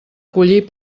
collir